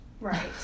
Right